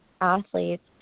athletes